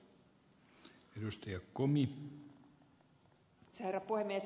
arvoisa herra puhemies